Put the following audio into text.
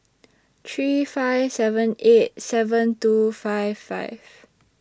three five seven eight seven two five five